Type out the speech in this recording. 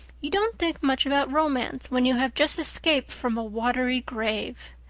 you don't think much about romance when you have just escaped from a watery grave.